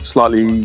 Slightly